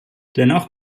dennoch